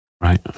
Right